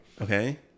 okay